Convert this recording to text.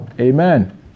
Amen